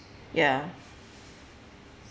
ya